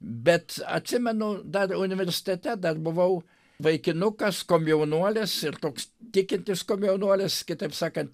bet atsimenu dar universitete dar buvau vaikinukas komjaunuolis ir toks tikintis komjaunuolis kitaip sakant